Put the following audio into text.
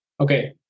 okay